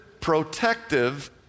protective